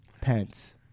Pence